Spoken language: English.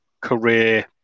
career